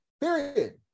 Period